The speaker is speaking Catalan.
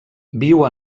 viu